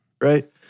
right